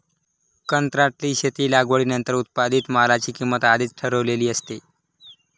कंत्राटी शेतीत लागवडीनंतर उत्पादित मालाची किंमत आधीच ठरलेली असते